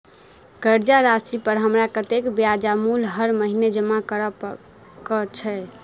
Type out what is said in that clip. कर्जा राशि पर हमरा कत्तेक ब्याज आ मूल हर महीने जमा करऽ कऽ हेतै?